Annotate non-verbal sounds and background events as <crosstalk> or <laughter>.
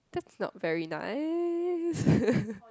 that's not very nice <laughs>